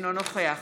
אינו נוכח